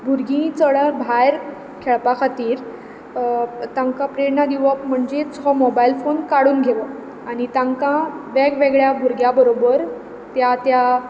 भुरगीं चड भायर खेळपा खातीर तांकां प्रेरणा दिवप म्हणजेच हो मोबायल फोन काडून घेवप आनी तांकां वेग वेगळ्या भुरग्या बरोबर त्या त्या